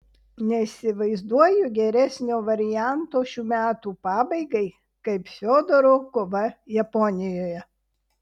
neįsivaizduoju geresnio varianto šių metų pabaigai kaip fiodoro kova japonijoje